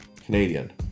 Canadian